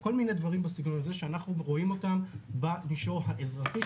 כל מיני דברים בסגנון הזה שאנחנו רואים אותם במישור האזרחי,